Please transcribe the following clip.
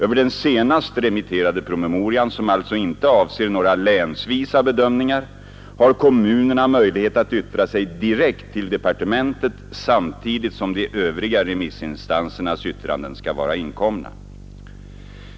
Över den senast remitterade promemorian, som alltså inte avser några länsvisa bedömningar, har kommunerna möjlighet att yttra sig direkt till departementet samtidigt som de övriga remissinstansernas yttranden skall vara inkomna.